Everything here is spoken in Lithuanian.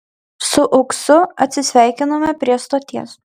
su uksu atsisveikinome prie stoties